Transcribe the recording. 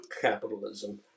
capitalism